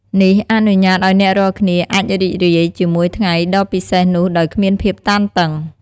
នេះអនុញ្ញាតឲ្យអ្នករាល់គ្នាអាចរីករាយជាមួយថ្ងៃដ៏ពិសេសនោះដោយគ្មានភាពតានតឹង។